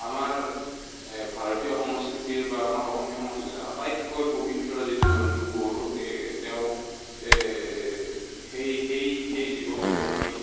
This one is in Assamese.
আমাৰ ভাৰতীয় সংস্কৃতিৰ বা আমাৰ অসমীয়া সংস্কৃতিত আটাইতকৈ পবিত্ৰ যিটো জন্তু গৰু তেওঁক সেই সেই সেই জীৱবিধক আমি